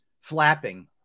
flapping